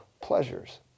pleasures